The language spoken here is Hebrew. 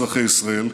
אזרחי ישראל,